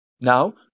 Now